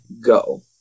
go